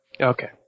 Okay